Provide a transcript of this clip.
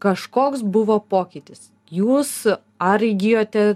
kažkoks buvo pokytis jūs ar įgijote